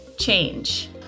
change